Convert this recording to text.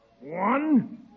One